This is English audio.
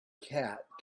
cat